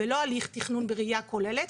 ולא הליך תכנון בראייה כוללת,